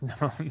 No